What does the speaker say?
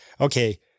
okay